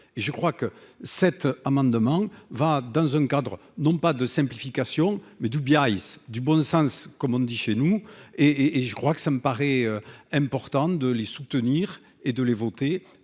je crois que cet amendement va dans un cadre non pas de simplification, mais du Biarritz du bon sens, comme on dit chez nous et et je crois que ça me paraît important de les soutenir et de les voter,